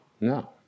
No